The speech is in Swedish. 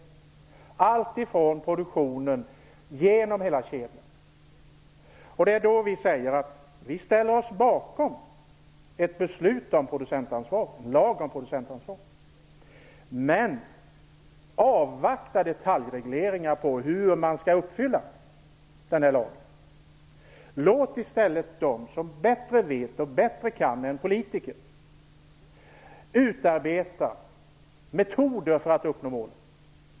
Det handlar om gå från produktionen och genom hela kedjan. Det är då vi säger att vi ställer oss bakom ett beslut om producentansvar och en lag om producentansvar. Men vi vill avvakta med detaljregleringar av hur man skall uppfylla lagen. Låt i stället dem som vet och kan detta bättre än politiker utarbeta metoder för att uppnå målen!